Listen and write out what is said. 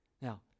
Now